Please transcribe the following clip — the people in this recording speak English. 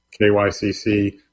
KYCC